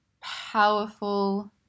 powerful